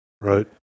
right